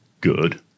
good